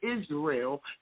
Israel